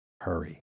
hurry